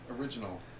original